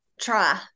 try